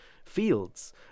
fields